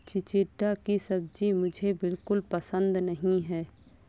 चिचिण्डा की सब्जी मुझे बिल्कुल पसंद नहीं है